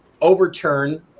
overturn